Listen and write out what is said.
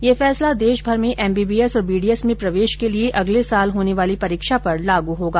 यह फैसला देश भर में एमबीबीएस और बीडीएस में प्रवेश के लिए अगले साल होने वाली परीक्षा पर लागू होगा